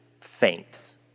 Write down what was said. faints